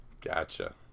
Gotcha